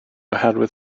oherwydd